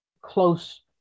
close